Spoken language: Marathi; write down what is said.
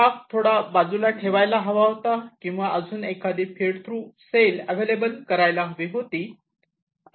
ब्लॉक थोडा बाजूला ठेवायला हवा होता किंवा अजून एखादी फीड थ्रु सेल अवेलेबल करायला हवी होती